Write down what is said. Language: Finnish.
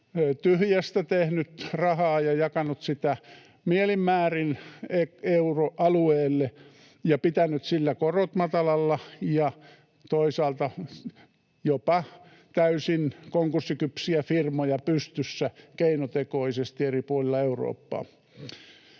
tyhjästä tehnyt rahaa ja jakanut sitä mielin määrin euroalueelle ja pitänyt sillä korot matalalla ja toisaalta jopa täysin konkurssikypsiä firmoja pystyssä keinotekoisesti eri puolilla euroaluetta.